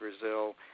Brazil